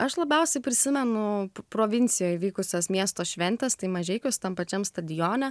aš labiausiai prisimenu provincijoj vykusias miesto šventes tai mažeikiuose tam pačiam stadione